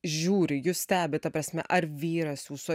žiūri jus stebi ta prasme ar vyras jūsų